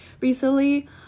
recently